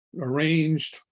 arranged